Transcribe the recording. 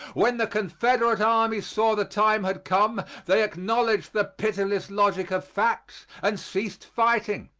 when the confederate army saw the time had come, they acknowledged the pitiless logic of facts and ceased fighting.